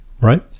right